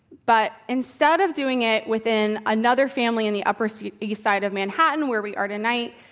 but instead of doing it within another family in the upper east side of manhattan where we are tonight,